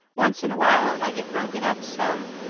once in a while i get broken up some,